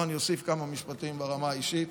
פה אני אוסיף כמה משפטים ברמה האישית: